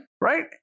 Right